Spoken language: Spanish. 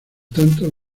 tanto